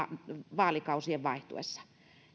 vaalikausien vaihtuessa